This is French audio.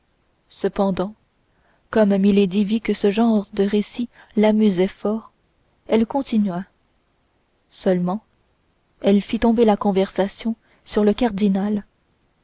cependant comme milady vit que ce genre de récit l'amusait fort elle continua seulement elle fit tomber la conversation sur le cardinal